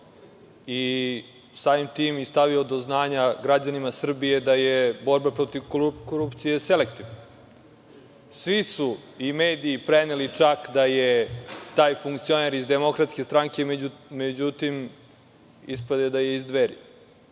i samim tim i stavio do znanja građanima Srbije da je borba protiv korupcije selektivna. Svi su i mediji preneli čak da je taj funkcioner iz Demokratske stranke, međutim, ispade da je iz Dveri,